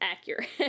accurate